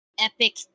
epic